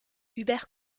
hubert